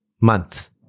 month